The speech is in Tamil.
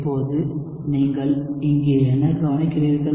இப்போது நீங்கள் இங்கே என்ன கவனிக்கிறீர்கள்